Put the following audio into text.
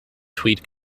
tweed